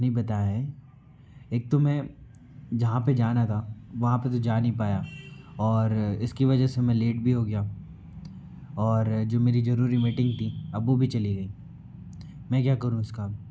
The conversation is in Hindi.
नहीं बताएं एक तो मैं जहाँ पे जाना था वहाँ पे तो जा नहीं पाया और इसकी वजह से मैं लेट भी हो गया और जो मेरी जरूरी मीटिंग थी अब वो भी चली गई मैं क्या करूँ इसका अब